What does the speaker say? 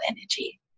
energy